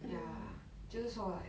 ya 就是说 like